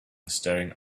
staring